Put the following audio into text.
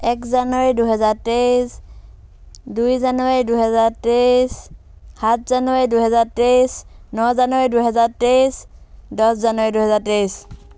এক জানুৱাৰী দুহেজাৰ তেইছ দুই জানুৱাৰী দুহেজাৰ তেইছ সাত জানুৱাৰী দুহেজাৰ তেইছ ন জানুৱাৰী দুহেজাৰ তেইছ দহ জানুৱাৰী দুহেজাৰ তেইছ